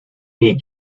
meek